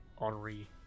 Henri